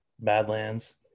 Badlands